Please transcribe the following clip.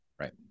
Right